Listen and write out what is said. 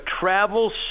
travel